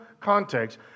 context